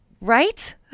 Right